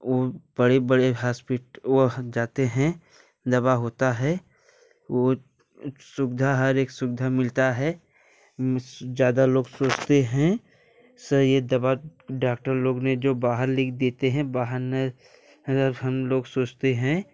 वो बड़े बड़े हॉस्पिट वो जाते हैं दवा होता है वो सुविधा हर एक सुविधा मिलता है ज्यादा लोग सोचते हैं सर ये दवा डॉक्टर लोग ने जो बाहर लिख देते हैं बाहर ने हम लोग सोचते हैं